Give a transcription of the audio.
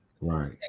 Right